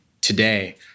today